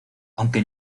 aunque